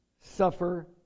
suffer